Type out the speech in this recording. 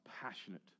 passionate